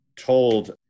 told